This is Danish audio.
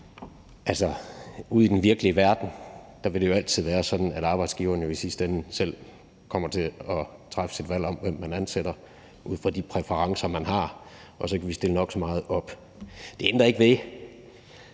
Ude i den virkelige verden vil det jo altid være sådan, at arbejdsgiverne i sidste ende selv kommer til at træffe et valg om, hvem man ansætter, ud fra de præferencer, man har – og så kan vi stille nok så så mange krav. Det ændrer ikke ved,